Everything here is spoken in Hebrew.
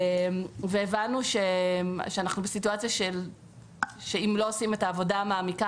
הבנו שאנחנו בסיטואציה שאם לא עושים את העבודה המעמיקה,